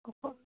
ᱚᱠᱚᱭ